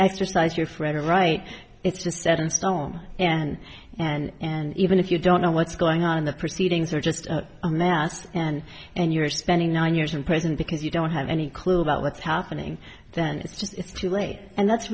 exercise your fragile right it's just set in stone and and and even if you don't know what's going on the proceedings are just a mess and and you're spending nine years in prison because you don't have any clue about what's happening then it's too late and that's